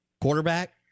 quarterback